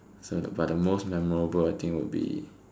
so the but the most memorable I think would be